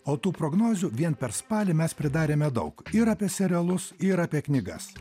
o tų prognozių vien per spalį mes pridarėme daug ir apie serialus ir apie knygas